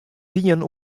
dien